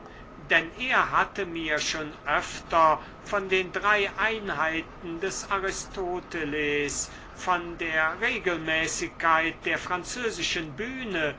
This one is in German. denn er hatte mir schon öfter von den drei einheiten des aristoteles von der regelmäßigkeit der französischen bühne